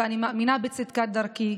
ואני מאמינה בצדקת דרכי.